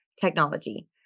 technology